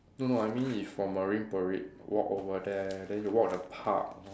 no no I mean if from Marine Parade walk over there then you walk the park